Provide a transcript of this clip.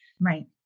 right